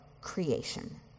creation